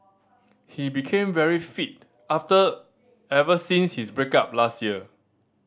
he became very fit after ever since his break up last year